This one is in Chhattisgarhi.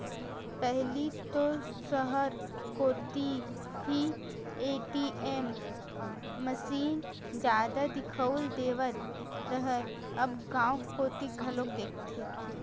पहिली तो सहर कोती ही ए.टी.एम मसीन जादा दिखउल देवत रहय अब गांव कोती घलोक दिखथे